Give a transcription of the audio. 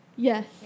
Yes